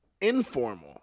informal